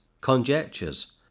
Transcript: conjectures